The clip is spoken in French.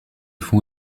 font